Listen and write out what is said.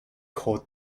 call